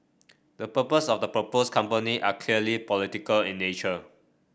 the purpose of the proposed company are clearly political in nature